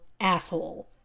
asshole